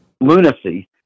lunacy